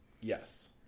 Yes